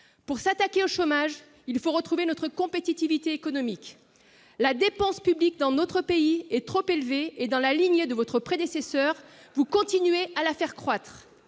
Pour s'attaquer au chômage, il faut retrouver notre compétitivité économique. La dépense publique est trop élevée dans notre pays. Or, dans la lignée de votre prédécesseur, vous continuez de la faire croître.